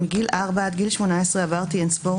מגיל ארבע עד גיל 18 עברתי אינספור